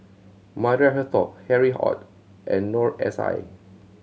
Maria Hertogh Harry Ord and Noor S I